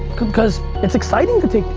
cause it's exciting to take.